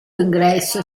ingresso